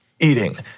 eating